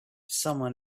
someone